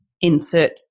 Insert